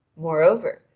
moreover,